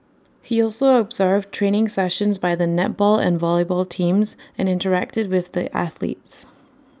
he also observed training sessions by the netball and volleyball teams and interacted with the athletes